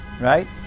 right